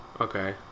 Okay